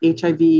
HIV